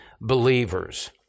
believers